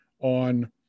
on